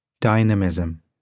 dynamism